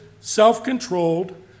self-controlled